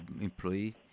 employee